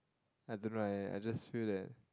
I don't know I I just feel that